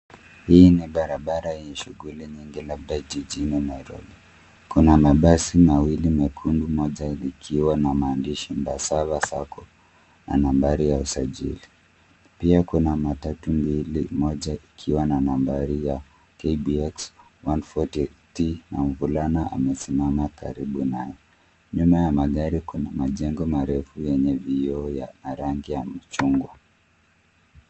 Hii ni barabara yenye shughuli nyingi labda jijini Nairobi. Kuna mabasi mawili mekundu, moja likiwa na maandishi Embassava Sacco na nambari ya usajili. Pia kuna matatu mbili, moja ikiwa na nambari ya KBX 140T na mvulana amesimama karibu nayo. Nyuma ya magari kuna majengo marefu yenye vioo na rangi ya machungwa.